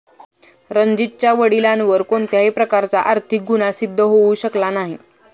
रणजीतच्या वडिलांवर कोणत्याही प्रकारचा आर्थिक गुन्हा सिद्ध होऊ शकला नाही